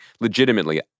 legitimately